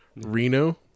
Reno